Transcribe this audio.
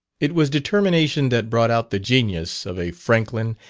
it was determination that brought out the genius of a franklin,